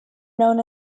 known